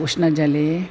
उष्णजले